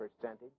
percentage